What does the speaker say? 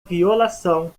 violação